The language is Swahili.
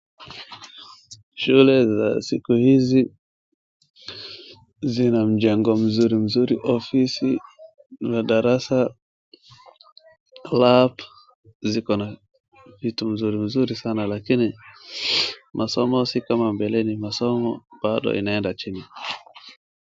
Shule za siku hizi zina mjengo mzuri mzuri ofisi na darasa, lab ziko na vitu mzuri mzuri sana lakini masomo si kama mbeleni, masomo bado inaenda chini.